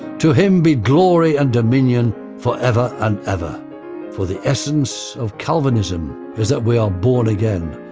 to him be glory and dominion forever and ever for the essence of calvinism is that we are born again,